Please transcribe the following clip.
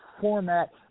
format